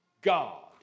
God